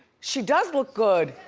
she does look good.